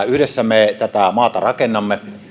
yhdessä me tätä maata rakennamme